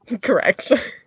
correct